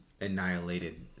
annihilated